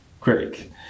critic